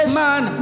man